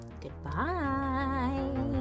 Goodbye